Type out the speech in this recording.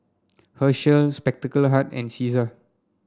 Herschel Spectacle Hut and Cesar